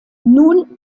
nun